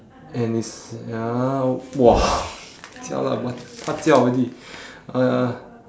and it's ya oh !wah! jialat want to pa jiao already uh